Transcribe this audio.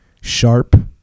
sharp